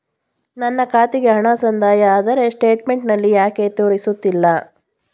ನನ್ನ ಖಾತೆಗೆ ಹಣ ಸಂದಾಯ ಆದರೆ ಸ್ಟೇಟ್ಮೆಂಟ್ ನಲ್ಲಿ ಯಾಕೆ ತೋರಿಸುತ್ತಿಲ್ಲ?